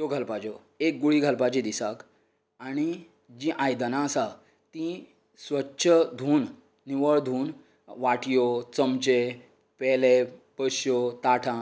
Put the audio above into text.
त्यो घालपाच्यो एक गुळी घालपाची दिसाक आनी जीं आयदनां आसात तीं स्वच्छ धुवन निवळ धुवन वाटयो चमचे पेले बश्यो ताटां